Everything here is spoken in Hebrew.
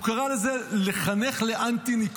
הוא קרא לזה לחנך לאנטי-ניכור,